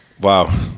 Wow